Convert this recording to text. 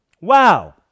wow